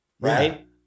Right